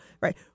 right